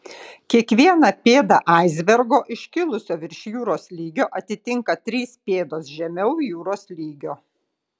kiekvieną pėdą aisbergo iškilusio virš jūros lygio atitinka trys pėdos žemiau jūros lygio